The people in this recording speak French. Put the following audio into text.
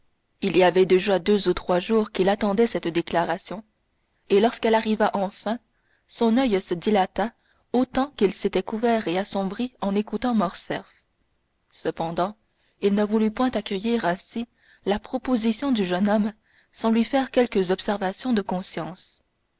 il y avait déjà deux ou trois jours qu'il attendait cette déclaration et lorsqu'elle arriva enfin son oeil se dilata autant qu'il s'était couvert et assombri en écoutant morcerf cependant il ne voulut point accueillir ainsi la proposition du jeune homme sans lui faire quelques observations de conscience